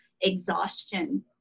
exhaustion